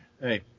Hey